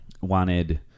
wanted